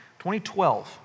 2012